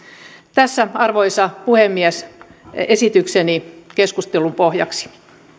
tässä arvoisa puhemies esitykseni keskustelun pohjaksi